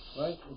right